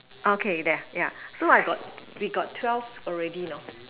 okay yeah yeah so I got we got twelve already you know